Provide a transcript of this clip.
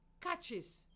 catches